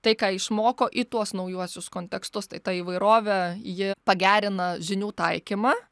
tai ką išmoko į tuos naujuosius kontekstus tai ta įvairovė ji pagerina žinių taikymą